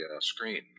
screen